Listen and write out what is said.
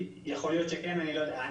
יכול להיות שכן, אני לא יודע.